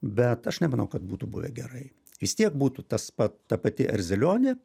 bet aš nemanau kad būtų buvę gerai vis tiek būtų tas pat ta pati erzelionė